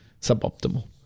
suboptimal